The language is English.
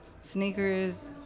sneakers